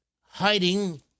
hiding